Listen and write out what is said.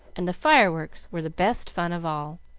and the fireworks were the best fun of all.